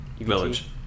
Village